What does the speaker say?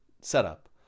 setup